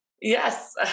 Yes